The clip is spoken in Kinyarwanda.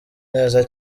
neza